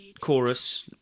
chorus